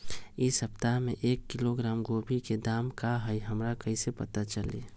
इ सप्ताह में एक किलोग्राम गोभी के दाम का हई हमरा कईसे पता चली?